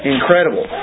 Incredible